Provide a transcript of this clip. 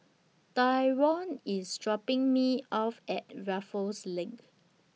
Tyron IS dropping Me off At Raffles LINK